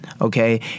okay